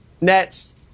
Nets